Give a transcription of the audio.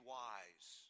wise